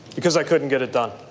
because i couldn't get it done.